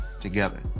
together